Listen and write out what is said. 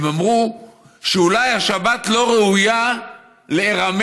הם אמרו שאולי השבת לא ראויה להירמס